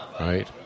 right